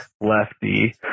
lefty